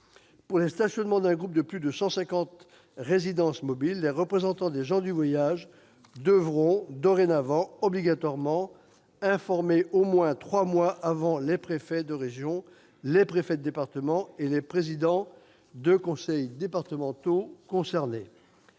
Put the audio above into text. Pour le stationnement d'un groupe de plus de cent cinquante résidences mobiles, les représentants des gens du voyage devront dorénavant obligatoirement informer au moins trois mois avant le préfet de région, le préfet de département et le président de conseil départemental concernés.